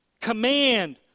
Command